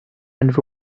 and